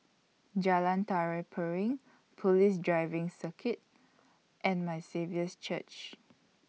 Jalan Tari Piring Police Driving Circuit and My Saviour's Church